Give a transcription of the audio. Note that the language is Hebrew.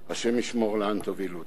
השם ישמור לאן תובילו אותנו.